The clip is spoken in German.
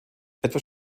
etwas